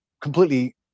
completely